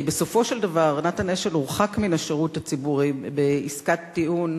בסופו של דבר נתן אשל הורחק מן השירות הציבורי בעסקת טיעון